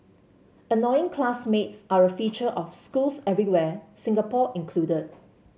annoying classmates are a feature of schools everywhere Singapore included